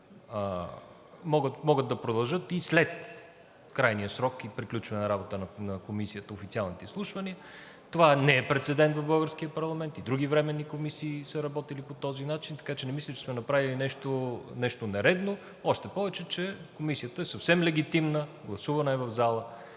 могат да продължат и след крайния срок и приключване на работата на Комисията, официалните изслушвания. Това не е прецедент в българския парламент. И други временни комисии са работили по този начин, така че не мисля, че сме направили нещо нередно, още повече че Комисията е съвсем легитимна, гласувана е в залата,